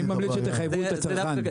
אני ממליץ שתחייבו את הצרכן.